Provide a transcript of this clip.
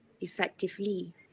effectively